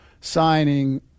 signing